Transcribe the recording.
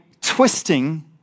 twisting